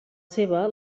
seva